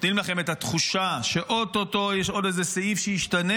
נותנים לכם את התחושה שאו-טו-טו יש עוד איזה סעיף שישתנה,